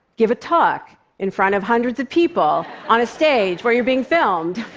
give a talk in front of hundreds of people on a stage where you're being filmed.